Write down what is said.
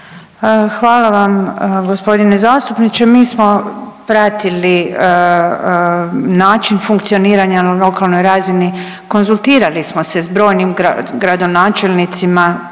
Hvala vam gospodine zastupniče. Mi smo pratili način funkcioniranja na lokalnoj razini, konzultirali smo se s brojnim gradonačelnicima